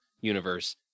universe